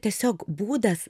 tiesiog būdas